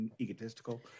egotistical